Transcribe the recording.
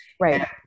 Right